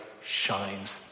shines